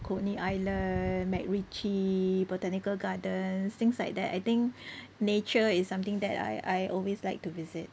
coney island macritchie botanical gardens things like that I think nature is something that I I always like to visit